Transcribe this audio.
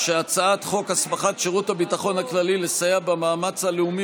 חוק הסמכת שירות הביטחון הכללי לסייע במאמץ הלאומי